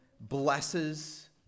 blesses